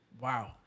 Wow